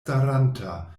staranta